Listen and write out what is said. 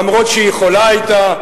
אף שיכולה היתה.